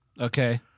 Okay